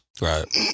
right